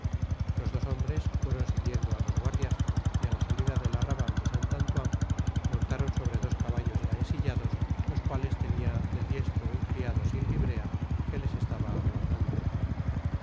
los dos hombres fueron siguiendo á los guardias y á la salida det arrabal de saint antoine montaron sobre dos caballos ya ensillados los cuales tenia del diestro un criado sin librea que les estaba aguardando m